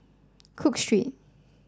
Cook Street